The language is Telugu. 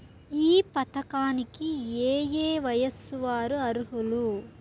ఈ పథకానికి ఏయే వయస్సు వారు అర్హులు?